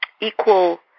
equal